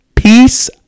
peace